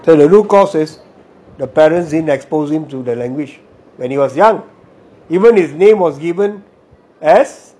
so the root cause is the parents didn't expose him to the language when he was young even his name was given as